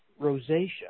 rosacea